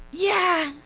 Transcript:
yeah,